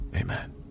amen